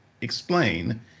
explain